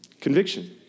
Conviction